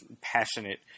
passionate